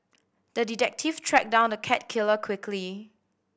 the detective tracked down the cat killer quickly